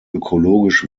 ökologisch